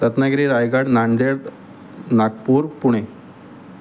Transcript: Ratnagiri Raigad Nanded Nagpur Pune